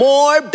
More